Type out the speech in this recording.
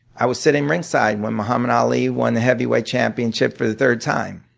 i was sitting ringside when mohammed ali won the heavyweight championship for the third time.